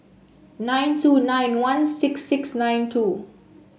nine two nine one six six nine two